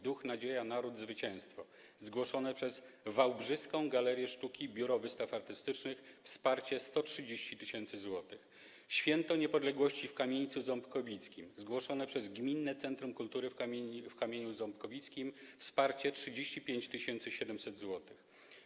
Duch - Nadzieja - Naród - Zwycięstwo” - zgłoszona przez Wałbrzyską Galerię Sztuki Biuro Wystaw Artystycznych - wsparcie 130 tys. zł, Święto Niepodległości w Kamieńcu Ząbkowickim - zgłoszone przez Gminne Centrum Kultury w Kamieniu Ząbkowickim - wsparcie 35,7 tys. zł,